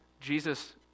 Jesus